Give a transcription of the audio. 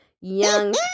young